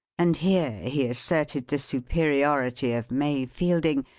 and here he asserted the superiority of may fielding,